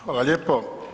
Hvala lijepo.